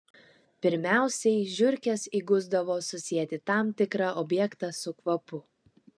pirmiausiai žiurkės įgusdavo susieti tam tikrą objektą su kvapu